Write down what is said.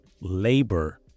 labor